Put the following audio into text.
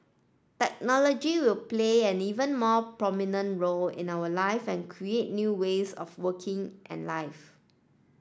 technology will play an even more prominent role in our life and create new ways of working and life